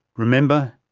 remember,